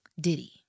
Diddy